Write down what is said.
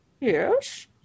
Yes